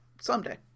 Someday